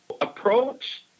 approach